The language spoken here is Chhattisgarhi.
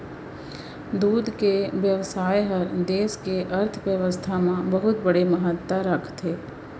दूद के बेवसाय हर देस के अर्थबेवस्था म बहुत बड़े महत्ता राखथे